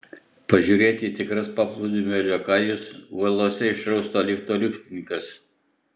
pažiūrėti tikras paplūdimio liokajus uolose išrausto lifto liftininkas